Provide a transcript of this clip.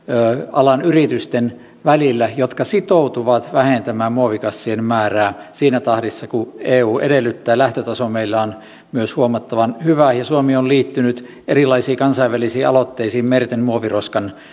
alan yritysten välillä jotka sitoutuvat vähentämään muovikassien määrää siinä tahdissa kuin eu edellyttää myös lähtötaso meillä on huomattavan hyvä suomi on liittynyt erilaisiin kansainvälisiin aloitteisiin merten muoviroskan